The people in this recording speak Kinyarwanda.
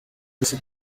jesse